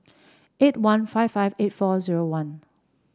eight one five five eight four zero one